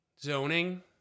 Zoning